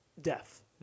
death